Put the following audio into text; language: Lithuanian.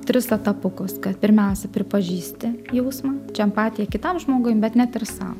tris etapukus kad pirmiausia pripažįsti jausmą čia empatiją kitam žmogui bet net ir sau